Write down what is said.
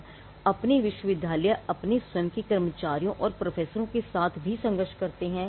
लेकिन विश्वविद्यालय अपने स्वयं के कर्मचारियों और प्रोफेसरों के साथ भी लड़ जाते हैं